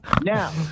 Now